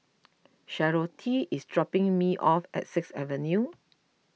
Charlottie is dropping me off at Sixth Avenue